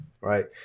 right